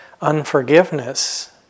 unforgiveness